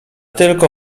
tylko